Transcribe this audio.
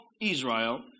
Israel